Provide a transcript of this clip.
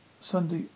Sunday